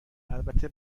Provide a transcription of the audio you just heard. البته